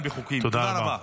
תודה רבה.